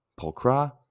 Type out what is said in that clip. Polkra